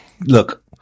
look